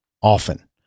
often